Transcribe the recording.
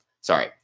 sorry